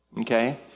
Okay